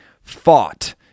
fought